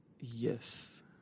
yes